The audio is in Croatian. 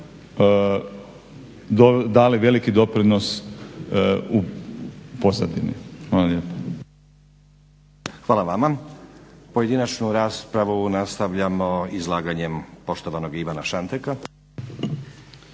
**Stazić, Nenad (SDP)** Hvala vama. Pojedinačnu raspravu nastavljamo izlaganjem poštovanog Ivana Šanteka.